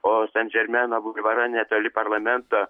o sen žermeno bulvara netoli parlamento